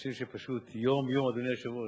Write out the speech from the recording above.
אנשים שפשוט יום-יום, אדוני היושב-ראש,